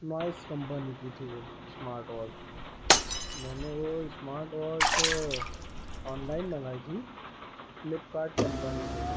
Noise company کی تھی وہ اسمارٹ واچ میں نے وہ اسمارٹ واچ آن لائن منگائی تھی فلپکارٹ کمپنی سے